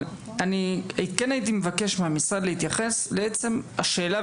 אבל כן הייתי מבקש מהמשרד להתייחס לעצם השאלה,